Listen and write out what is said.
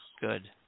Good